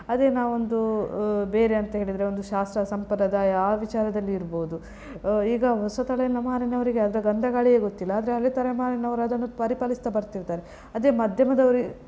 ಅದೇ ನಾವು ಒಂದು ಬೇರೆ ಅಂತ ಹೇಳಿದರೆ ಒಂದು ಶಾಸ್ತ್ರ ಸಂಪ್ರದಾಯ ಆ ವಿಚಾರದಲ್ಲಿ ಇರ್ಬೌದು ಈಗ ಹೊಸ ತಲೆಮಾರಿನವರಿಗೆ ಅದರ ಗಂಧಗಾಳಿಯೇ ಗೊತ್ತಿಲ್ಲ ಆದರೆ ಹಳೆ ತಲೆಮಾರಿನವ್ರು ಅದನ್ನು ಪರಿಪಾಲಿಸ್ತಾ ಬರ್ತಿರ್ತಾರೆ ಅದೇ ಮಧ್ಯಮದವರು